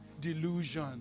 delusion